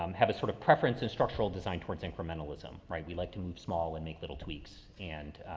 um have a sort of preference and structural design towards incrementalism, right? we'd like to move small and make little tweaks and,